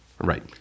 Right